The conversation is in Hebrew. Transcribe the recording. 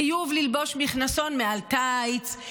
חיוב ללבוש מכנסונים מעל טייץ,